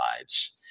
lives